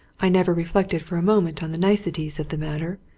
i never reflected for a moment on the niceties of the matter.